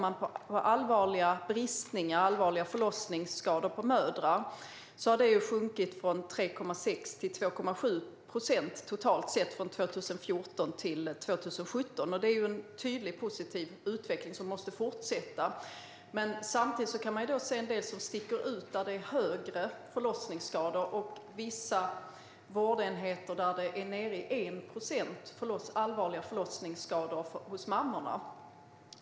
Allvarliga bristningar och förlossningsskador hos mödrar har sjunkit från 3,6 till 2,7 procent totalt sett från 2014 till 2017, och det är ju en tydlig, positiv utveckling som måste fortsätta. Samtidigt kan man se en del som sticker ut med en högre andel förlossningsskador, och vi har vissa vårdenheter där det är nere i 1 procent allvarliga förlossningsskador hos mammorna.